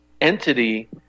entity